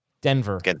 Denver